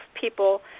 people